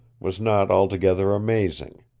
was not altogether amazing.